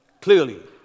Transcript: clearly